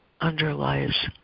Underlies